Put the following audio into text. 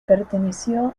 perteneció